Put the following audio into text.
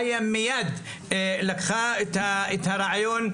איה מייד לקחה את הרעיון.